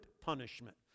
punishment